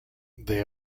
they